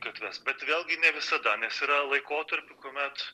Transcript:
gatves bet vėlgi ne visada nes yra laikotarpių kuomet